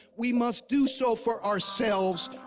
we must do so for ourselves.